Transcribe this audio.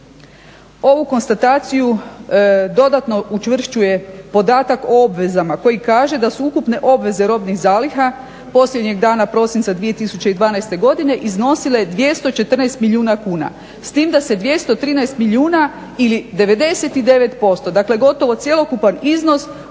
Ovu konstataciju dodatno učvršćuje podatak o obvezama koji kaže da su ukupne obveze robnih zaliha posljednjeg dana prosinac 2012.godine iznosile 214 milijuna kuna s tim da se 213 milijuna ili 99% dakle gotovo cjelokupan iznos